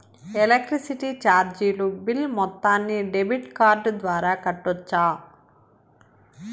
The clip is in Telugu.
ఎలక్ట్రిసిటీ చార్జీలు బిల్ మొత్తాన్ని డెబిట్ కార్డు ద్వారా కట్టొచ్చా?